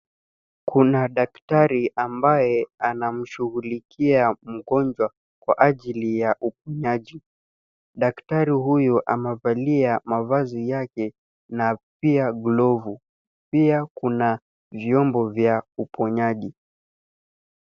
Kuna daktari ambaye anamshughulikia mgonjwa, kwa ajili ya uponyaji. Daktari huyu amevalia mavazi yake, na pia glovu. Pia kuna vyombo vya uponyaji.